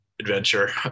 adventure